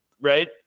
Right